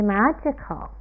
magical